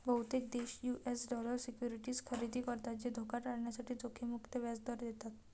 बहुतेक देश US dollar securities खरेदी करतात जे धोका टाळण्यासाठी जोखीम मुक्त व्याज दर देतात